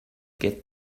get